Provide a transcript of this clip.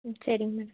ம் சரிங்க மேடம்